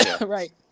Right